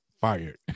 fired